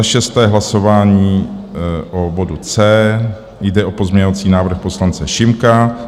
6. Hlasování o bodu C, jde o pozměňovací návrh poslance Šimka.